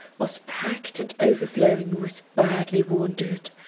was packed and overflowing with badly wounded,